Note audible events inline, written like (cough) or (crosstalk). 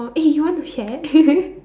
oh eh you want to share (laughs)